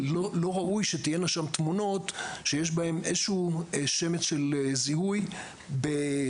לא ראוי שתהיינה שם תמונות שיש בהם איזה שהוא שמץ של זיהוי בגלוי,